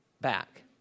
back